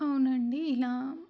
అవునండి ఇలా